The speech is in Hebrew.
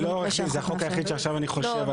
אני לא, זה החוק היחיד שעכשיו אני חושב עליו.